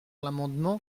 l’amendement